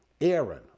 Aaron